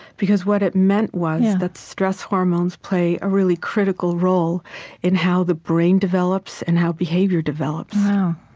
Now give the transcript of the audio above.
because what it meant was that stress hormones play a really critical role in how the brain develops and how behavior develops wow.